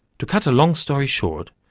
to cut a long story short,